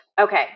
okay